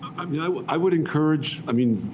i mean i i would encourage i mean,